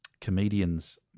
comedians